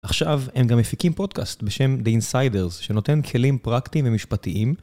עכשיו הם גם מפיקים פודקאסט בשם The Insiders שנותן כלים פרקטיים ומשפטיים.